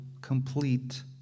complete